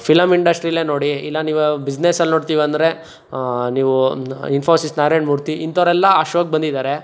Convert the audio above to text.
film ಇಂಡಸ್ಟ್ರಿಲೇ ನೋಡಿ ಇಲ್ಲ ನೀವು ಬಿಸ್ನೆಸಲ್ಲಿ ನೋಡ್ತಿವಂದ್ರೆ ನೀವೂ ಇನ್ಫೋಸಿಸ್ ನಾರಾಯಣ ಮೂರ್ತಿ ಇಂಥೋರೆಲ್ಲ ಆ ಶೋಗೆ ಬಂದಿದ್ದಾರೆ